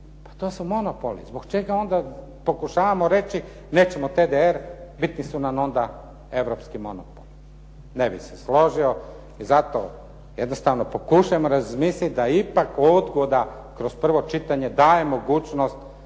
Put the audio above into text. Pa to su monopoli. Zbog čega onda pokušavamo reći nećemo TDR, bitni su nam onda europski monopoli. Ne bih se složio i zato jednostavno pokušajmo razmisliti da ipak odgoda kroz prvo čitanje daje mogućnost